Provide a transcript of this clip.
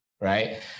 right